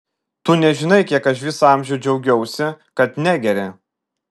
tu nežinai kiek aš visą amžių džiaugiausi kad negeri